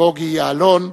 בוגי יעלון,